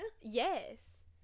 yes